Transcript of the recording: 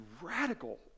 radical